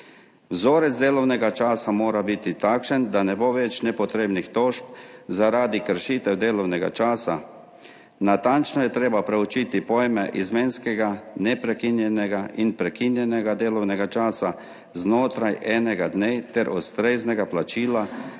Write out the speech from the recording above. Vzorec delovnega časa mora biti takšen, da ne bo več nepotrebnih tožb, zaradi kršitev delovnega časa. Natančno je treba proučiti pojme izmenskega, neprekinjenega in prekinjenega delovnega časa znotraj enega dne ter ustreznega plačila